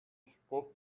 spoke